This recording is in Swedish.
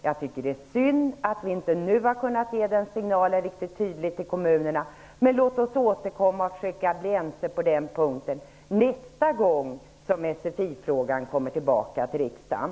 Jag tycker att det är synd att vi inte nu har kunnat ge den signalen riktigt tydligt till kommunerna, men låt oss återkomma och försöka bli ense på den punkten nästa gång som SFI-frågan kommer tillbaka till riksdagen!